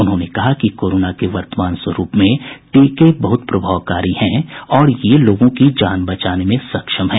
उन्होंने कहा कि कोरोना के वर्तमान स्वरूप में टीके बहुत प्रभावकारी हैं और ये लोगों की जान बचाने में सक्षम है